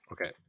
Okay